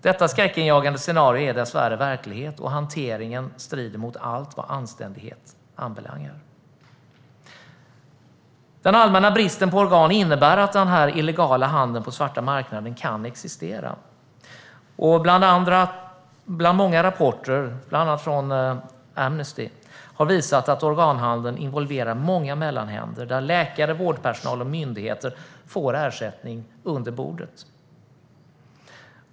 Detta skräckinjagande scenario är dessvärre verklighet, och hanteringen strider mot allt vad anständighet heter. Den allmänna bristen på organ innebär att den illegala handeln på svarta marknaden kan existera. Många rapporter, bland annat från Amnesty, har visat att organhandeln involverar många mellanhänder där läkare, vårdpersonal och myndigheter får ersättning under bordet.